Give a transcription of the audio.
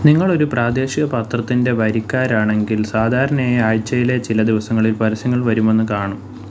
നിങ്ങൾ ഒരു പ്രാദേശിക പത്രത്തിൻ്റെ വരിക്കാരാണെങ്കിൽ സാധാരണയായി ആഴ്ചയിലെ ചില ദിവസങ്ങളിൽ പരസ്യങ്ങൾ വരുമെന്ന് കാണും